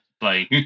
play